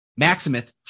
Maximith